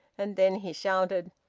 and then he shouted,